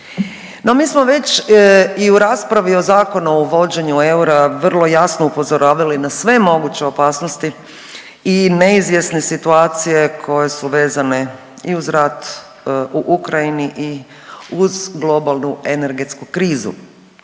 mi smo već i u raspravi o Zakonu o uvođenju eura vrlo jasno upozoravali na sve moguće opasnosti i neizvjesne situacije koje su vezane i uz rat u Ukrajini i uz globalnu energetsku krizu.